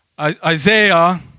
Isaiah